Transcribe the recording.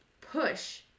push